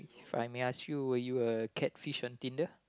If I may ask you were you a catfish on Tinder